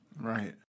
Right